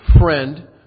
friend